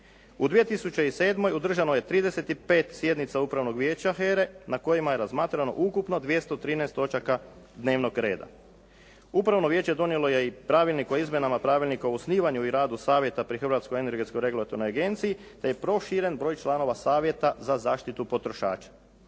U 2007. održano je 35 sjednica Upravnog vijeća HERA-e na kojima je razmatrano ukupno 213 točaka dnevnog reda. Upravno vijeće donijelo je i Pravilnik o izmjenama Pravilnika o osnivanju i radu savjeta pri Hrvatskoj energetskoj regulatornoj agenciji te proširen broj članova Savjeta za zaštitu potrošača.